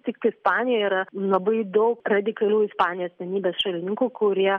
tik ispanijoje yra labai daug radikalių ispanijos vienybės šalininkų kurie